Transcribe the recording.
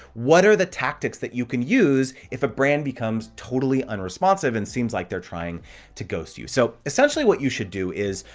what are the tactics that you can use, if a brand becomes totally unresponsive and seems like they're trying to ghost you. so, essentially what you should do is,